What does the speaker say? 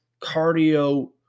cardio